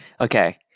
okay